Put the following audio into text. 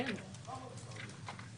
בוקר טוב,